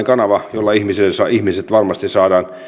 kanava jolla ihmiset varmasti saadaan